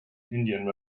indian